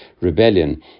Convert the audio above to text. rebellion